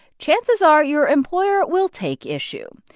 chances are your employer will take issue.